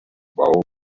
vow